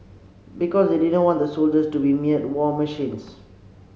because they didn't want the soldiers to be mere war machines